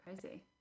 Crazy